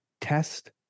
test